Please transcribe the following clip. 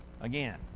again